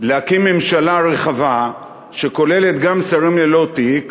להקים ממשלה רחבה שכוללת גם שרים ללא תיק,